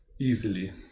easily